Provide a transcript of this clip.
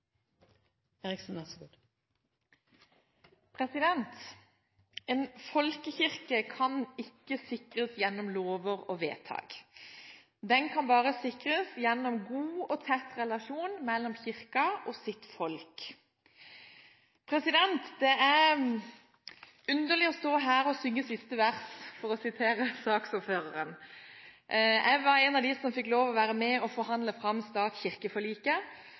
En folkekirke kan ikke sikres gjennom lover og vedtak. Den kan bare sikres gjennom god og tett relasjon mellom Kirken og dens folk. Det er underlig å stå her og synge siste vers, som saksordføreren sa. Jeg var en av dem som fikk lov til å være med og forhandle fram